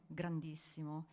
grandissimo